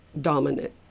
dominant